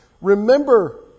Remember